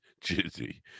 Jizzy